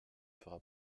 fera